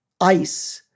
ice